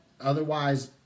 Otherwise